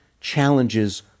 challenges